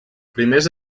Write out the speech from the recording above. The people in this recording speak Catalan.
primers